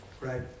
Right